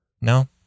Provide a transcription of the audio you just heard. no